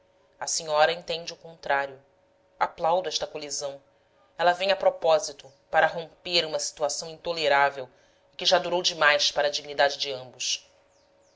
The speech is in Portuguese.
a senhora entende o contrário aplaudo esta colisão ela vem a propósito para romper uma situação intolerável e que já durou demais para a dignidade de ambos